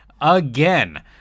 again